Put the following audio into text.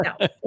no